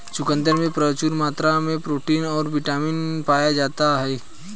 चुकंदर में प्रचूर मात्रा में प्रोटीन और बिटामिन पाया जाता ही